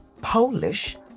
Polish